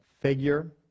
figure